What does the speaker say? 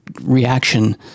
reaction